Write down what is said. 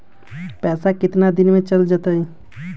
पैसा कितना दिन में चल जतई?